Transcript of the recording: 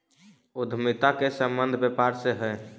उद्यमिता के संबंध व्यापार से हई